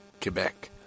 Quebec